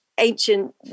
ancient